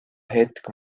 hetk